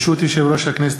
ברשות יושב-ראש הכנסת,